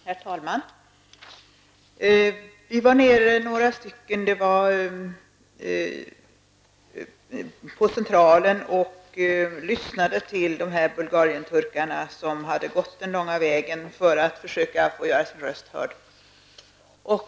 Herr talman! Vi var några stycken nere på Centralen och lyssnade till de bulgarien-turkar som hade gått lång väg till fots för att försöka göra sina röster hörda.